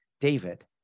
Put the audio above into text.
David